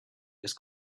just